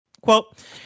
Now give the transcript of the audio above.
Quote